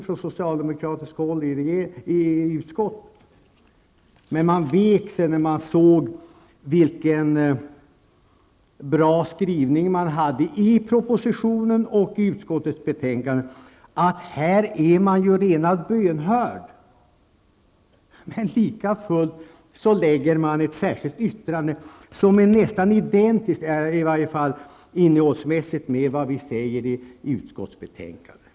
Men de vek sig när de såg vilken bra skrivning det var i propositionen och i utskottets betänkande. De är här redan bönhörda. Likafullt avger de ett särskilt yttrande som är nästan identiskt innehållsmässigt med vad som sägs i utskottebetänkandet.